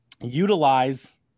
utilize